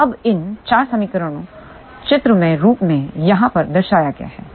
तो अब इन 4 समीकरणों चित्रमय रूप में यहाँ पर दर्शाया गया है